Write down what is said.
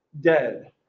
dead